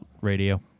radio